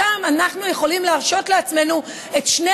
אצלם אנחנו יכולים להרשות לעצמנו את שני